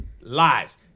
Lies